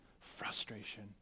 frustration